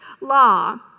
law